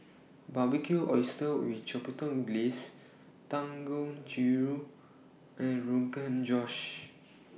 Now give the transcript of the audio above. Barbecued Oysters with Chipotle Glaze Dangojiru and Rogan Josh